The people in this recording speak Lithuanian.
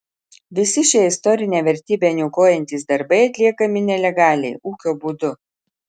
visi šie istorinę vertybę niokojantys darbai atliekami nelegaliai ūkio būdu